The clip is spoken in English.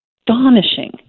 astonishing